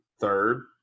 third